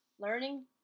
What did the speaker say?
Learning